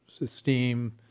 esteem